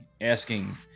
asking